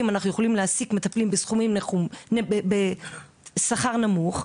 אנחנו יכולים להעסיק מטפלים בשכר נמוך.